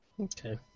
Okay